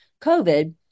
COVID